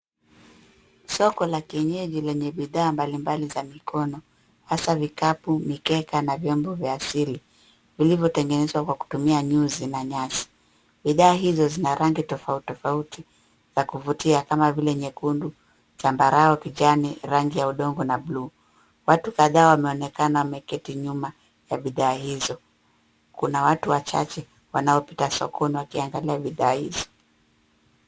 Soko la kienyeji lenye bidhaa mbalimbali za mikono hasa vikapu, mikeka na vyombo vya asili vilivyotengenezwa kwa kutumia nyuzi na nyasi. Bidhaa hizo zina rangi tofauti tofauti ya kuvutia kama vile nyekundu, zambarau, kijani, rangi ya udongo na buluu. Watu kadha wameonekana wameketi nyuma ya bidhaa hizo, kuna watu wachache wanaopita sokoni wakiangalia bidhaa hizo.